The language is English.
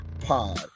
Pod